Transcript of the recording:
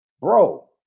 bro